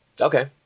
Okay